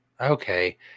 Okay